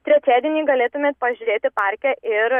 trečiadienį galėtumėt pažiūrėti parke ir